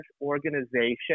organization